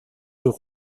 eux